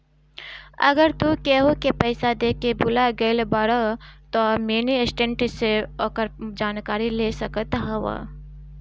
अगर तू केहू के पईसा देके भूला गईल बाड़ऽ तअ मिनी स्टेटमेंट से ओकर जानकारी ले सकत हवअ